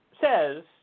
says